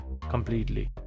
completely